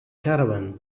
caravan